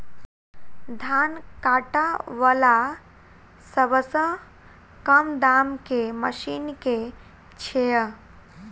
धान काटा वला सबसँ कम दाम केँ मशीन केँ छैय?